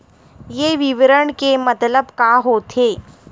ये विवरण के मतलब का होथे?